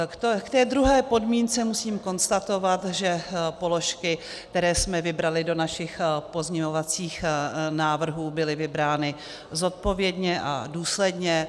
K té druhé podmínce musím konstatovat, že položky, které jsme vybrali do našich pozměňovacích návrhů, byly vybrány zodpovědně a důsledně.